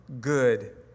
good